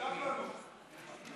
את הצעת חוק הגנת הפרטיות (תיקון